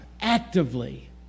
Actively